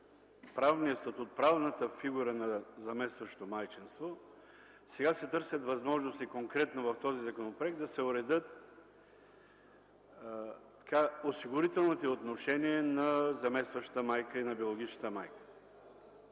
правният статут, правната фигура на заместващото майчинство, сега конкретно се търсят възможности в този законопроект да се уредят осигурителните отношения на заместващата майка и на биологичната майка.